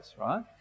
right